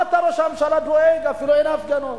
מה אתה, ראש הממשלה, דואג, אפילו אין הפגנות.